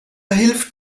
hilft